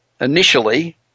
initially